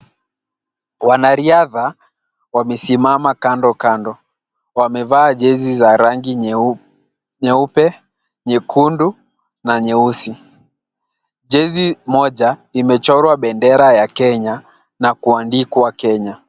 Wanariadha wamesimama kando kando. Wamevaa jezi za rangi nyeupe, nyekundu na nyeusi. Jezi moja imechorwa bendera ya Kenya na kuandikwa Kenya.